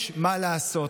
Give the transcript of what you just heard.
יש מה לעשות.